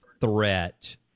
threat